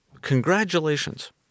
Congratulations